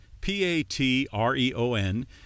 P-A-T-R-E-O-N